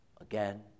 again